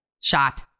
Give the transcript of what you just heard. shot